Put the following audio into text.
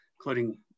including